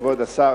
כבוד השר,